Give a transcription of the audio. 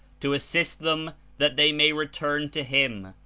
to assist them that they may return to him,